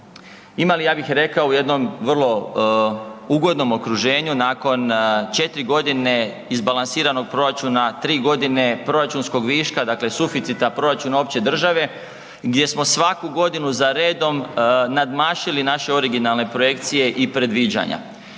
imali, ja bih rekao u jednom, vrlo ugodnom okruženju nakon 4 godine izbalansiranog proračuna, 3 godine proračunskog viška, dakle, suficita, proračuna opće države, gdje smo svaku godinu za redom nadmašili naše originalne projekcije i predviđanja.